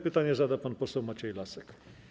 Pytanie zada pan poseł Maciej Lasek.